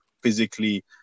physically